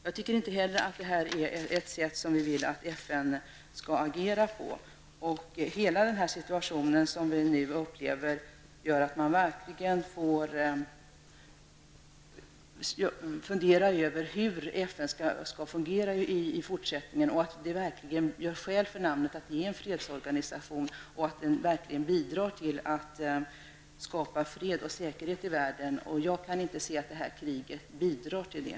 Jag tycker inte heller att detta är ett sätt som vi vill att FN skall agera på. Hela denna situation som vi nu upplever gör att man verkligen får fundera över hur FN skall fungera i fortsättningen -- hur FN skall göra skäl för namnet fredsorganisation och bidra till att skapa fred och säkerhet i världen. Jag kan inte se att det här kriget bidrar till det.